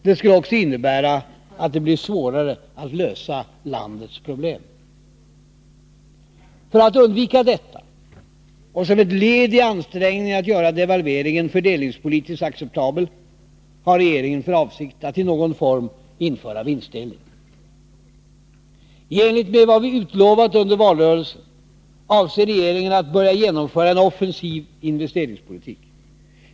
Det skulle också innebära att det blir svårare att lösa landets problem. För att undvika detta, och som ett led i ansträngningarna att göra devalveringen fördelningspolitiskt acceptabel, har regeringen för avsikt att i någon form införa vinstdelning. I enlighet med vad vi utlovat under valrörelsen avser regeringen att börja genomföra en offensiv investeringspolitik.